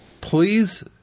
please